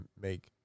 make